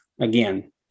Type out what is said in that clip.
again